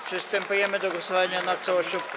Przystępujemy do głosowania nad całością.